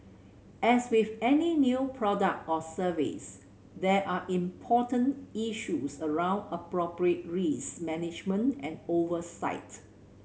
as with any new product or service there are important issues around appropriate risk management and oversight